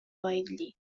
widely